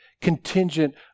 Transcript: contingent